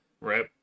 right